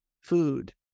food